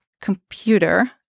computer